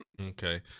Okay